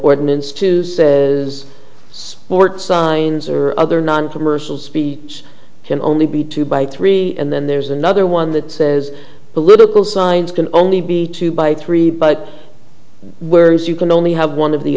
ordinance two says sports signs or other non commercial speech can only be two by three and then there's another one that says political signs can only be two by three but where is you can only have one of the